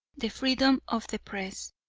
the freedom of the press,